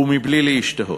ובלי להשתהות.